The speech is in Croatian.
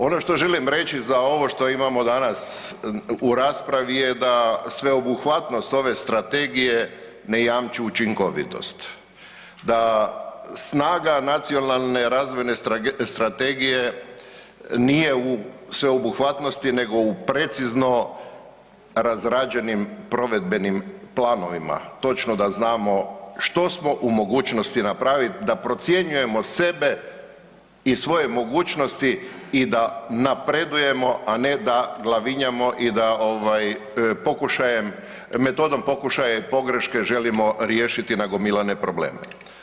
Ono što želim reći za ovo što imamo danas u raspravi je da sveobuhvatnost ove strategije ne jamči učinkovitost, da snaga Nacionalne razvojne strategije nije u sveobuhvatnosti nego u precizno razrađenim provedbenim planovima, točno da znamo što smo u mogućnosti napravit da procjenjujemo sebe i svoje mogućnosti i da napredujemo, a ne da glavinjamo i da ovaj pokušajem, metodom pokušaja i pogreške želimo riješiti nagomilane probleme.